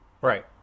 Right